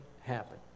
happen